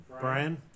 Brian